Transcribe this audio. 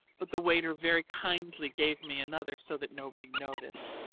but the waiter very kindly gave me another so that nobody noticed.